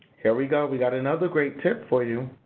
here we go. we got another great tip for you.